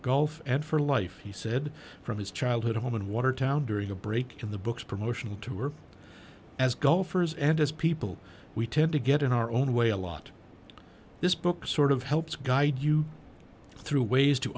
golf and for life he said from his childhood home in watertown during a break in the book's promotional tour as golfers and as people we tend to get in our own way a lot of this book sort of helps guide you through ways to